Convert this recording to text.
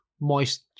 moist